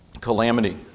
Calamity